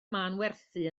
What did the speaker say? manwerthu